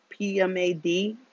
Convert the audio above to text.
PMAD